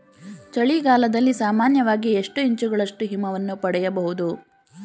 ಚಳಿಗಾಲದಲ್ಲಿ ಸಾಮಾನ್ಯವಾಗಿ ಎಷ್ಟು ಇಂಚುಗಳಷ್ಟು ಹಿಮವನ್ನು ಪಡೆಯಬಹುದು?